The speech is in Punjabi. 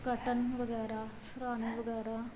ਕਰਟਨ ਵਗੈਰਾ ਸਿਰ੍ਹਾਣੇ ਵਗੈਰਾ